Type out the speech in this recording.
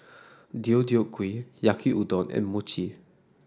Deodeok Gui Yaki Udon and Mochi